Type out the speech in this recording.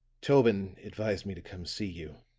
tobin advised me to come see you,